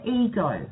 ego